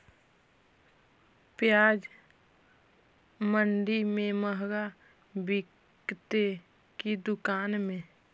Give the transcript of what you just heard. प्याज मंडि में मँहगा बिकते कि दुकान में?